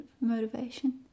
motivation